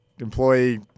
employee-